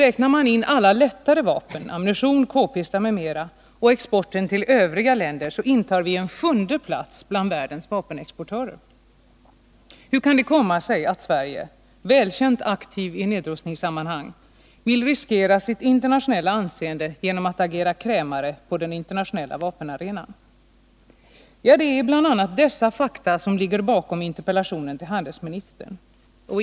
Räknar man in alla lättare vapen, ammunition, k-pistar m.m. och exporten till övriga länder intar vi sjunde plats bland världens vapenexportörer. Hur kan det komma sig att Sverige — välkänt aktivt i nedrustningssammanhang — vill riskera sitt internationella anseende genom att agera krämare på den internationella vapenarenan? Det är bl.a. dessa fakta som ligger bakom interpellationen till handelsministern.